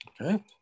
Okay